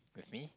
with me